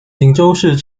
锦州市